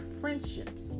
friendships